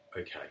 okay